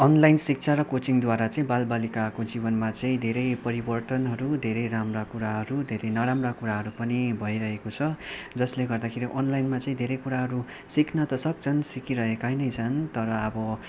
online शिक्षा र कोचिङद्वारा चाहिँ बाल बालिकाको जीवनमा चाहिँ धेरै परिवर्तनहरू धेरै राम्रा कुराहरू र धेरै नराम्रा कुराहरू पनि भइरहेको छ जस्ले गर्दाखेरि अनलाइनमा चाहिँ धेरै कुराहरू सिक्न त सक्छन् सिकिरहेकै नै छन् तर अब